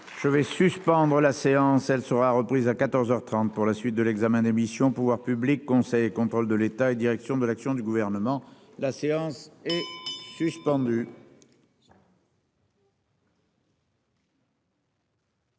je vais su. Fendre la séance, elle sera reprise à 14 heures 30 pour la suite de l'examen d'émission, pouvoirs publics, Conseil et contrôle de l'État et direction de l'action du gouvernement, la séance est suspendue.